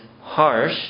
harsh